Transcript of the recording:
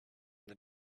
the